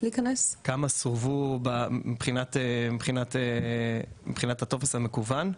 כמה לא הורשו מבחינת הטופס המקוון?